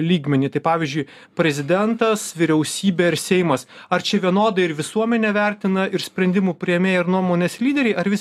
lygmenį tai pavyzdžiui prezidentas vyriausybė ir seimas ar čia vienodai ir visuomenė vertina ir sprendimų priėmėjai ir nuomonės lyderiai ar vis